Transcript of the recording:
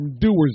doers